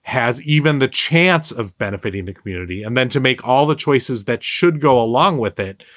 has even the chance of benefiting the community and then to make all the choices that should go along with it,